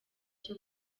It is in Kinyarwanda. cyo